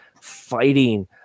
fighting